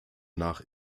nach